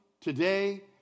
today